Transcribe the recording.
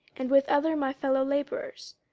and with other my fellowlabourers,